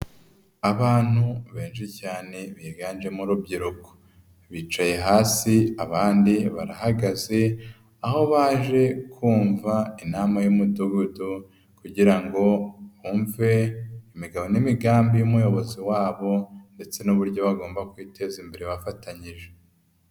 Abantu benshi cyane biganjemo urubyiruko, bicaye hasi, abandi barahagaze, aho baje kumva inama y'umudugudu kugira ngo bumve imigabo n'imigambi y'umuyobozi wabo ndetse n'uburyo bagomba kwiteza imbere bafatanyije.